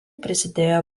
prisidėjo